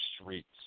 streets